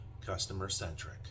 customer-centric